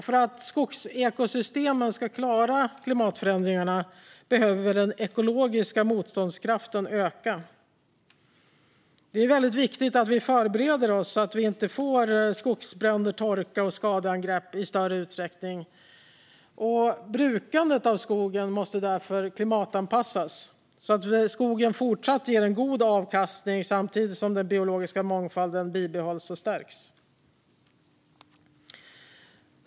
För att skogsekosystemen ska klara klimatförändringarna behöver den ekologiska motståndskraften öka. Det är väldigt viktigt att vi förbereder oss, så att vi inte får skogsbränder, torka och skadeangrepp i större utsträckning. Brukandet av skogen måste därför klimatanpassas, så att skogen fortsatt ger en god avkastning samtidigt som den biologiska mångfalden bibehålls och stärks.